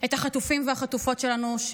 את החטופים והחטופות שלנו,